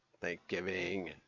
thanksgiving